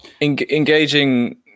Engaging